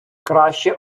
краще